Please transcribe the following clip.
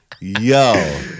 yo